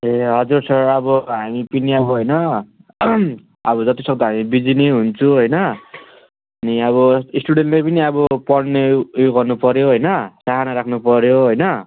ए हजुर सर अब हामी पनि अब होइन अब जतिसक्दो हामी बिजी नै हुन्छु होइन अनि अब स्टुडेन्टले पनि अब पढ्ने उ यो गर्नुपऱ्यो होइन चाहाना राख्नुपऱ्यो होइन